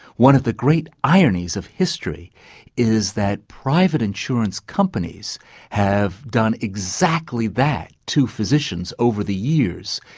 one of the great ironies of history is that private insurance companies have done exactly that to physicians over the years.